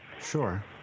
Sure